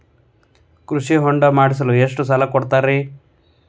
ಕೃಷಿ ಹೊಂಡ ಮಾಡಿಸಲು ಎಷ್ಟು ಸಾಲ ಕೊಡ್ತಾರೆ?